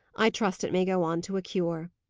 i trust it may go on to a cure.